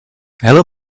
hello